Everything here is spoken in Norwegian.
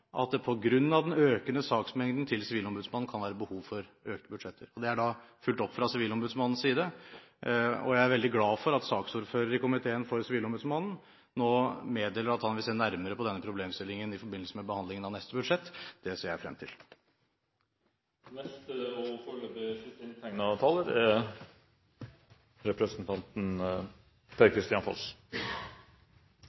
på grunn av den økende saksmengden til sivilombudsmannen kan være behov for økte budsjetter. Det er da fulgt opp fra sivilombudsmannen side, og jeg er veldig glad for at saksordføreren i komiteen for sivilombudsmannen nå meddeler at han vil se nærmere på denne problemstillingen i forbindelse med behandlingen av neste budsjett. Det ser jeg frem til. Med fare for å virke belærende er